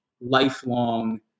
lifelong